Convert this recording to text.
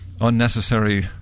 unnecessary